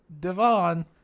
Devon